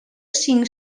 cinc